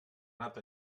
nat